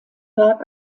werk